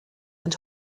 and